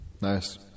Nice